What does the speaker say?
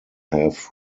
have